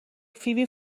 فیبی